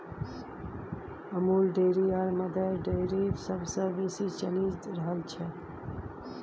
Amul dairy आ Mother Dairy सबसँ बेसी चलि रहल छै